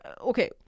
okay